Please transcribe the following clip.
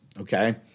Okay